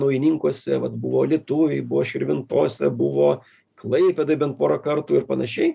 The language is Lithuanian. naujininkuose vat buvo alytuj širvintose buvo klaipėdoj bent porą kartų ir panašiai